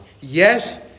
yes